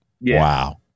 wow